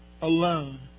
alone